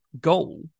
goal